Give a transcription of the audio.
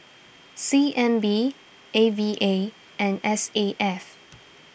C N B A V A and S A F